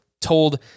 told